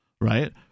right